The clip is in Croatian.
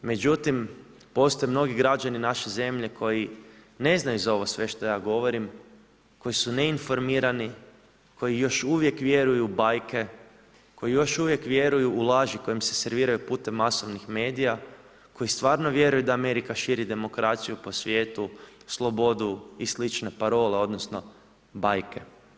Međutim, postoje mnogi građanin naše zemlje, koji ne znaju za ovo sve što ja govorim, koji su neinformirani, koji još uvijek vjeruju u bajke, koji još uvijek vjeruju u laži koji im se serviraju putem masovnim medija, koji stvarno vjeruju da Amerika širi demokraciju po svijetu, slobodu i slične parole, odnosno, bajke.